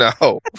No